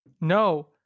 No